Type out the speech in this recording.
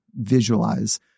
visualize